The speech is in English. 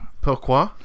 Pourquoi